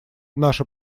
наша